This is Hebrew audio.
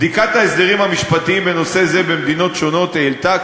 בדיקת ההסדרים המשפטיים בנושא זה במדינות שונות העלתה